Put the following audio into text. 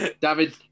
David